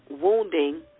wounding